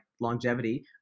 longevity